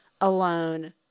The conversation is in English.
alone